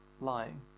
lying